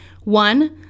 One